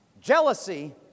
jealousy